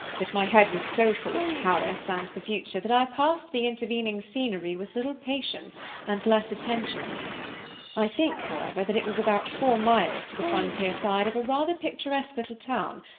but my head was so full of paris and the future that i passed the intervening scenery with little patience and less attention i think, however, that it was about four miles to the frontier side of a rather picturesque little town,